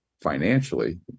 financially